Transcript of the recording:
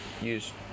use